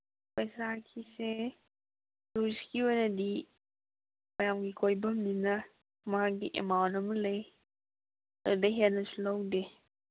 ꯄꯩꯁꯥꯒꯤꯁꯦ ꯇꯨꯔꯤꯁꯀꯤ ꯑꯣꯏꯅꯗꯤ ꯃꯌꯥꯝꯒꯤ ꯀꯣꯏꯕꯝꯅꯤꯅ ꯃꯥꯒꯤ ꯑꯦꯃꯥꯎꯟ ꯑꯃ ꯂꯩ ꯑꯗꯒꯤ ꯍꯦꯟꯅꯁꯨ ꯂꯧꯗꯦ